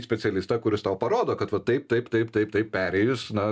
specialistą kuris tau parodo kad va taip taip taip taip taip perėjus na